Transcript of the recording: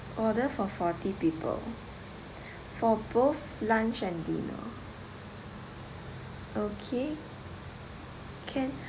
order for forty people for both lunch and dinner okay can